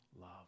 love